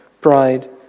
pride